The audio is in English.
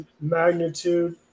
magnitude